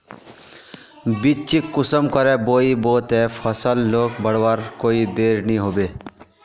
बिच्चिक कुंसम करे बोई बो ते फसल लोक बढ़वार कोई देर नी होबे?